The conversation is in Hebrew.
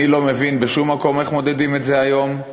אני לא מבין איך מודדים את זה היום,